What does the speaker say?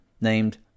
named